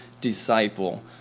disciple